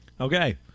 Okay